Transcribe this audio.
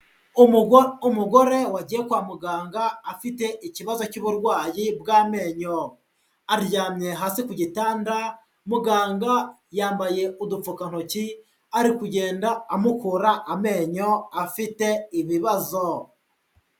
Umugore wagiye kwa muganga afite ikibazo cy'uburwayi bw'amenyo. Aryamye hasi ku gitanda, muganga yambaye udupfukantoki, ari kugenda amukura amenyo afite ibibazo.